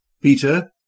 Peter